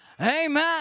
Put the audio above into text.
Amen